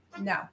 No